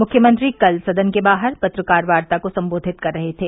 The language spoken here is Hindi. मुख्यमंत्री कल सदन के बाहर पत्रकार वार्ता को संबोधित कर रहे थे